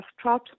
Trout